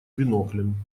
биноклем